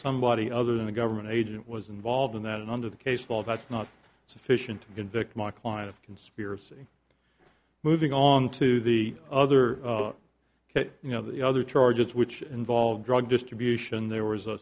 somebody other than a government agent was involved in that and under the case well that's not sufficient to convict my client of conspiracy moving on to the other you know the other charges which involve drug distribution there was a